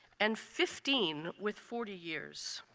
and fifteen with forty years.